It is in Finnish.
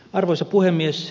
arvoisa puhemies